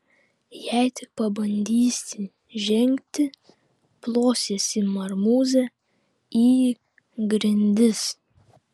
jei tik pabandysi žengti plosiesi marmūze į grindis